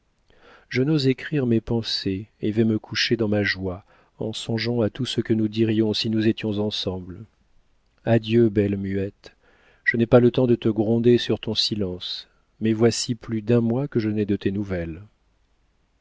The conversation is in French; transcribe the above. je n'ose écrire mes pensées et vais me coucher dans ma joie en songeant à tout ce que nous dirions si nous étions ensemble adieu belle muette je n'ai pas le temps de te gronder sur ton silence mais voici plus d'un mois que je n'ai de tes nouvelles